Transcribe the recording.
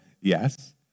yes